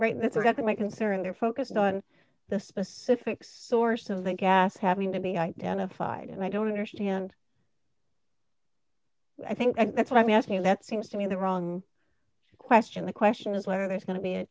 right that's got my concern they're focused on the specific source of the gas having to be identified and i don't understand i think that's what i'm asking that seems to me the wrong question the question is whether there's going to be a